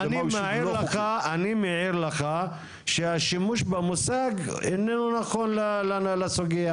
אני מעיר לך שהשימוש במושג איננו נכון לסוגייה.